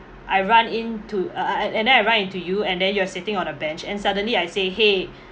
I run into a~ a~ and then I run into you and then you are sitting on a bench and suddenly I say !hey!